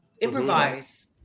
improvise